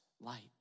light